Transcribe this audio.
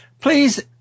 please